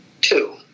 Two